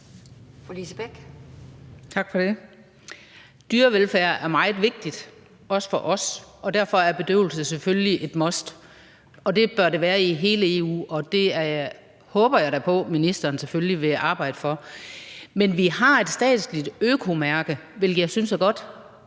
Dyrevelfærd er meget vigtigt, også for os, og derfor er bedøvelse selvfølgelig et must, og det bør det være i hele EU. Og det håber jeg da på at ministeren selvfølgelig vil arbejde for. Men vi har et statsligt økomærke, hvilket jeg synes er godt,